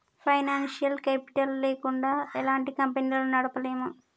financial capital లేకుండా ఎలాంటి కంపెనీలను నడపలేము